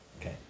Okay